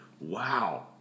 wow